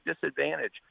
disadvantage